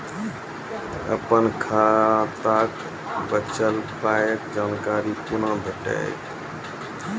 अपन खाताक बचल पायक जानकारी कूना भेटतै?